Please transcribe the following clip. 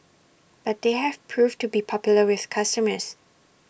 but they have proved to be popular with customers